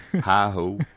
hi-ho